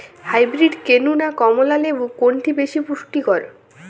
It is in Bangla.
হাইব্রীড কেনু না কমলা লেবু কোনটি বেশি পুষ্টিকর?